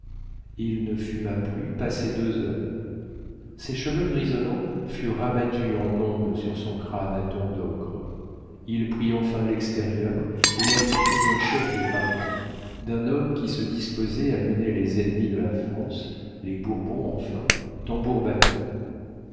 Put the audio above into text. il ne fuma plus passé deux heures ses cheveux grisonnants furent rabattus en ondes sur son crâne à ton d'ocre il prit enfin l'extérieur et l'attitude d'un chef de parti d'un homme qui se disposait à mener les ennemis de la france les bourbons enfin